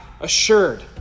assured